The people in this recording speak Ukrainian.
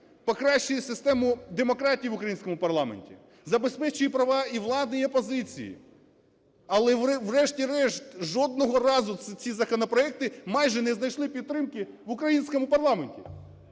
покращує систему демократії в українському парламенті, забезпечує права і влади, й опозиції. Але, врешті-решт, жодного разу ці законопроекти майже не знайшли підтримки в українському парламенті!